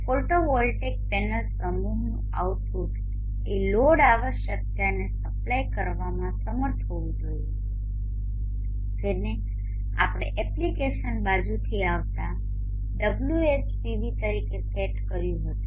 photovoltaic panel સમૂહનું output એ load આવશ્યકતાને સપ્લાય કરવામાં સમર્થ હોવું જોઈએ જેને આપણે એપ્લિકેશન બાજુથી આવતા WHPV તરીકે સેટ કર્યું હતું